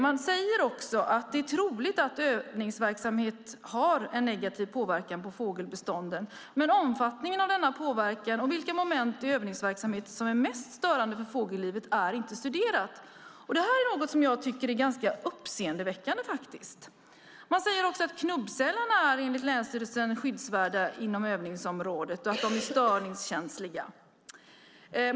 Man säger också att det är troligt att övningsverksamhet har en negativ påverkan på fågelbestånden. Men omfattningen av denna påverkan och vilka moment i övningsverksamheten som är mest störande för fågellivet är inte studerat. Det här är något som jag faktiskt tycker är ganska uppseendeväckande. Enligt länsstyrelsen är också knubbsälarna inom övningsområdet skyddsvärda och de är störningskänsliga.